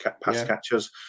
pass-catchers